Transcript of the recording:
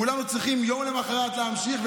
כולנו צריכים יום למוחרת להמשיך,